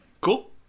Cool